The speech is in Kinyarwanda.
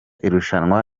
irushanwa